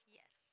Yes